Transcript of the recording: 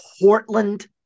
Portland